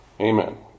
Amen